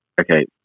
okay